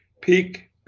PEAK